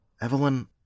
Evelyn